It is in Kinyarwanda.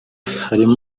harimo